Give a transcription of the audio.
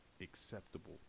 acceptable